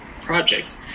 project